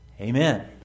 Amen